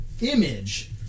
image